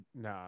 Nah